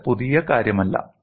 ഇത് പുതിയ കാര്യമല്ല